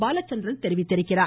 பாலசந்திரன் தெரிவித்துள்ளார்